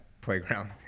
playground